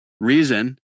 reason